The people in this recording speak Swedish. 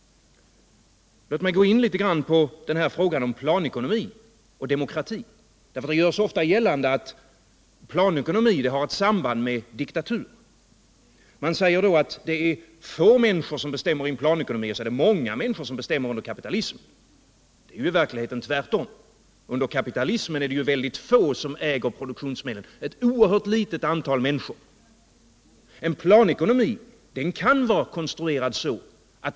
Låt mig gå in på frågan om planekonomi och demokrati! Det görs ofta gällande att planekonomi har ett samband med diktatur. Man säger då att det är få människor som bestämmer i en planekonomi medan många bestämmer under kapitalismen. Det är ju i verkligheten tvärtom. Under kapitalismen är det ett oerhört litet antal människor som äger produktionsmedlen.